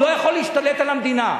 הוא לא יכול להשתלט על המדינה.